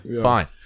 Fine